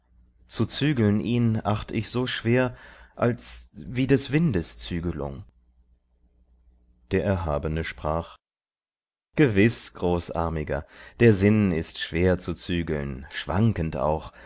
zu zügeln ihn acht ich so schwer als wie des windes zügelung der erhabene sprach gewiß großarmiger der sinn ist schwer zu zügeln schwankend auch